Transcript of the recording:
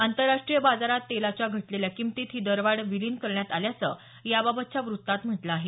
आंतरराष्ट्रीय बाजारात तेलाच्या घटलेल्या किमतीत ही दरवाढ विलिन करण्यात आल्याचं याबाबतच्या व्रत्तात म्हटलं आहे